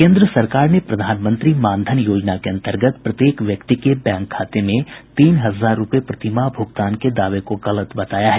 केंद्र सरकार ने प्रधानमंत्री मानधन योजना के अंतर्गत प्रत्येक व्यक्ति के बैंक खाते में तीन हजार रूपये प्रति माह भूगतान के दावे को गलत बताया है